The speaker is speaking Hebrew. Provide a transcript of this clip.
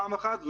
פעם אחת,